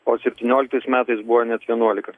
o septynioliktais metais buvo net vienuolika